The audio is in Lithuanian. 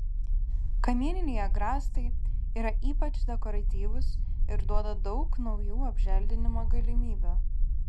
kamieniniai agrastai yra ypač dekoratyvūs ir duoda daug naujų apželdinimo galimybių